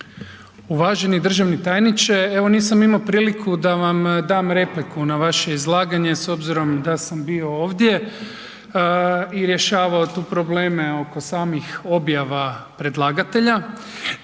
Uvaženi državni tajniče evo nisam imao priliku da vam dam repliku na vaše izlaganje s obzirom da sam bi ovdje i rješavao tu probleme oko samih objava predlagatelja.